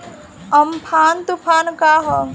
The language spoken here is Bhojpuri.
अमफान तुफान का ह?